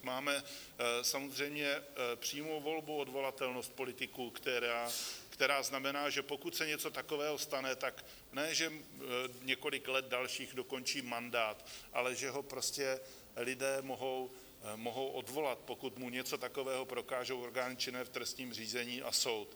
Máme samozřejmě přímou volbu, odvolatelnost politiků, která znamená, že pokud se něco takového stane, tak ne že několik dalších let dokončí mandát, ale že ho prostě lidé mohou odvolat, pokud mu něco takového prokážou orgány činné v trestním řízení a soud.